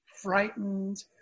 frightened